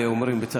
(אומר דברים במרוקאית,) אומרים בצרפתית.